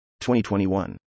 2021